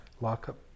lockup